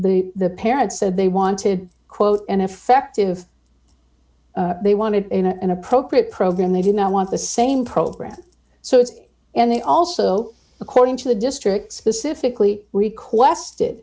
the parents said they want to quote an effective they wanted an appropriate program they did not want the same program so it's and they also according to the district specifically requested